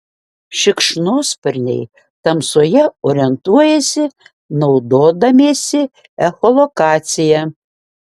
šikšnosparniai tamsoje orientuojasi naudodamiesi echolokacija